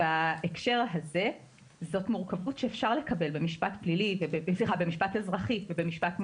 בהקשר הזה זו מורכבות שאפשר לקבל במשפט אזרחי ובמשפט מינהלי,